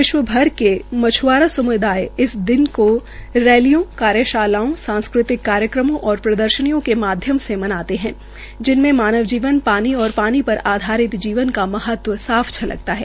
विश्व भर के मछ्आरा समुदाया इस दिन को रैलियों कार्यशालाओं सांस्कृतिक कार्यक्रमों और प्रदर्शनियों के माध्यम से मानते है जिनमें मानव जीवन पानी और पानी पर आधारित जीवन का महत्व साफ झलकता है